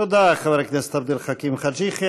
תודה לחבר הכנסת עבד אל חכים חאג' יחיא.